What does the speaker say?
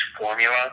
formula